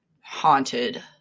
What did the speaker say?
haunted